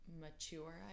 mature